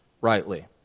rightly